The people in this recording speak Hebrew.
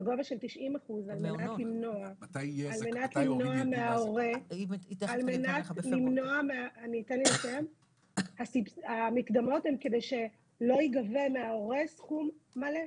בגובה של 90%, על מנת שלא ייגבה מההורה סכום מלא.